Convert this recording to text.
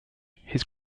his